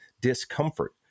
discomfort